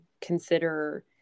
consider